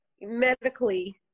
medically